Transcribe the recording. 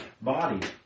body